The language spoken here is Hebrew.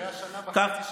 היו שנה וחצי שלכם,